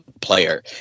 player